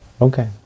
Okay